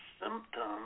symptoms